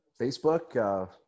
Facebook